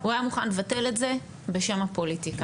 הוא היה מוכן לבטל את זה בשם הפוליטיקה.